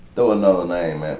throw another name at